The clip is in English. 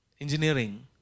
engineering